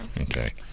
okay